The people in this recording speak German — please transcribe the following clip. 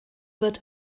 wird